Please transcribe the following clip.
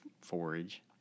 forage